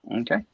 Okay